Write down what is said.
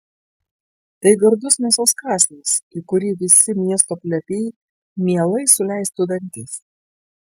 tai gardus mėsos kąsnis į kurį visi miesto plepiai mielai suleistų dantis